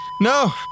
No